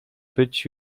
być